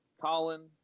Colin